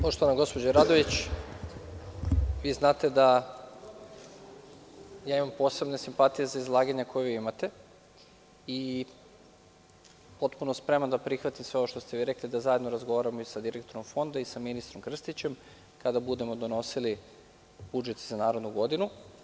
Poštovana gospođo Radović vi znate da ja imam posebne simpatije za izlaganja koja vi imate i potpuno spreman da sve ovo prihvatim i da zajedno razgovaramo sa direktorom fonda i sa ministrom Krstićem, kada budemo donosili budžet za narednu godinu.